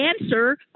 answer